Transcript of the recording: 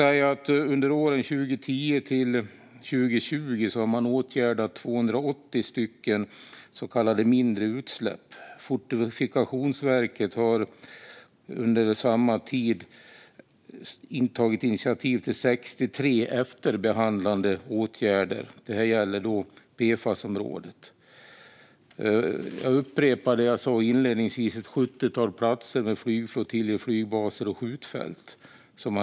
Under åren 2010-2020 har man åtgärdat 280 så kallade mindre utsläpp. Fortifikationsverket har under samma tid tagit initiativ till 63 efterbehandlande åtgärder. Detta gäller PFAS-området. Jag upprepar också det som jag sa inledningsvis om att man har undersökt ett sjuttiotal platser med flygflottiljer, flygbaser och skjutfält.